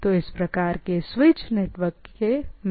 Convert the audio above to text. तो क्या कई मुद्दे हो सकते हैं तो इस प्रकार के स्विच नेटवर्क के लिए